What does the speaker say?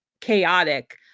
chaotic